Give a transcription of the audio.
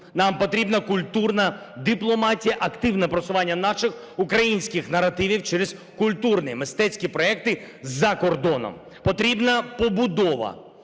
Нам потрібна культурна дипломатія, активне просування наших українських наративів через культурні мистецькі проєкти за кордоном. Потрібна побудова,